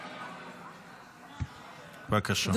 בבקשה.